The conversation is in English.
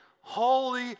holy